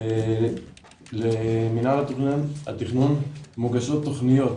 למנהל התכנון מוגשות תוכניות,